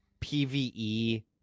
PvE